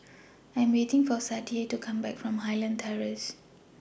I Am waiting For Sadye to Come Back from Highland Terrace